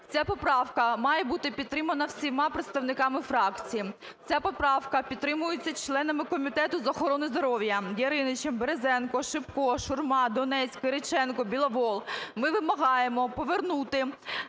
Ця поправка має бути підтримана всіма представниками фракцій. Ця поправка підтримується членами Комітету з охорони здоров'я: Яринічем, Березенком, Шипком, Шурмою, Донець, Кириченком, Біловолом. Ми вимагаємо повернути